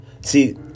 See